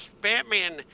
batman